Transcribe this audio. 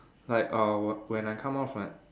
like uh when I come out from